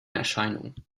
erscheinung